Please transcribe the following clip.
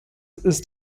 ist